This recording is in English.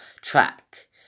track